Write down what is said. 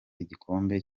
igikombe